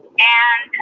and